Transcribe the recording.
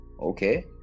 okay